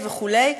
וכו' וכו'.